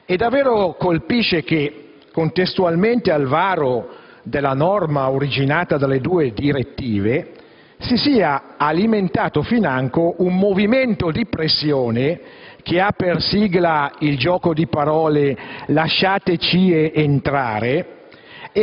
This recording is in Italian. E davvero, colpisce che, contestualmente al varo della normativa originata dalle due direttive, si sia alimentato financo un movimento di pressione che ha per sigla il gioco di parole «LasciateCie entrare»,